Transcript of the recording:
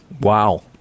Wow